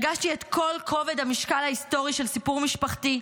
הרגשתי את כל כובד המשקל ההיסטורי של סיפור משפחתי,